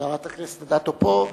חברת הכנסת אדטו פה,